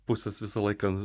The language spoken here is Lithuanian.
pusės visą laiką